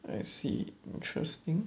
I see interesting